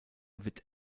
wird